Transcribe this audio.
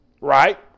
right